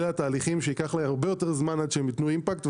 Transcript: אלה התהליכים שייקח להם הרבה יותר זמן עד שהם יינתנו אימפקט,